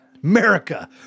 America